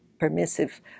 Permissive